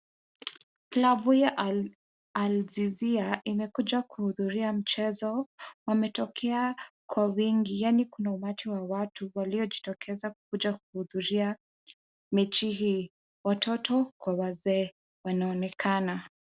Klabu ya Aljazia imekuja kuhudhuria mchezo. Wametokea kwa wingi yaani kuna umati wa watu waliojitokeza kukuja kuhudhuria mechi hii. Watoto kwa wazee wanaonekana.